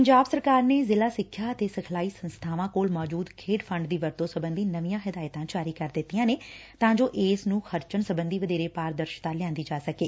ਪੰਜਾਬ ਸਰਕਾਰ ਨੇ ਜ਼ਿਲ੍ਹਾ ਸਿੱਖਿਆ ਅਤੇ ਸਿਖਲਾਈ ਸੰਸਬਾਵਾਂ ਕੋਲ ਮੌਜੁਦ ਖੇਡ ਫੰਡ ਦੀ ਵਰਤੋਂ ਸਬੰਧੀ ਨਵੀਆਂ ਹਦਾਇਤਾਂ ਜਾਰੀ ਕਰ ਦਿੱਤੀਆ ਨੇ ਤਾ ਜੋ ਇਸ ਨੂੰ ਖਰਚਣ ਸਬੰਧੀ ਵਧੇਰੇ ਪਾਰਦਰਸ਼ਤਾ ਲਿਆਦੀ ਜਾ ਸਕੇ